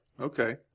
Okay